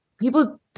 people